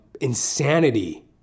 insanity